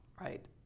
right